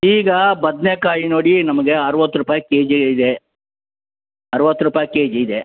ಈಗ ಬದನೆ ಕಾಯಿ ನೋಡಿ ನಮ್ಗೆ ಅರವತ್ತು ರೂಪಾಯಿ ಕೆ ಜಿ ಇದೆ ಅರವತ್ತು ರೂಪಾಯಿ ಕೆ ಜಿ ಇದೆ